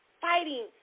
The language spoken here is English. fighting